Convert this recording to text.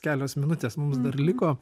kelios minutės mums dar liko